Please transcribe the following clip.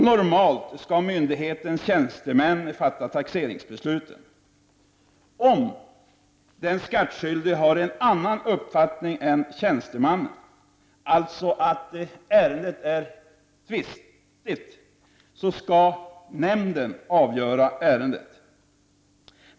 Normalt skall myndighetens tjänstemän fatta taxeringsbesluten. Om den skattskyldige har en annan uppfattning än tjänstemannen, alltså att ärendet är tvistigt, skall nämnden avgöra ärendet.